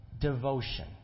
Devotion